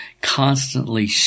constantly